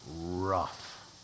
rough